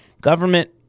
government